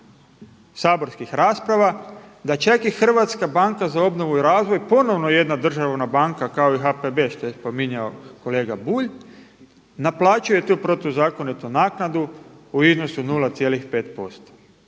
saborskih rasprava da čak i Hrvatska banka za obnovu i razvoj ponovno jedna državna banka kao i HPB što je spominjao kolega Bulj naplaćuje tu protuzakonitu naknadu u iznosu 0,5%,